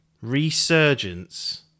resurgence